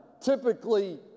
typically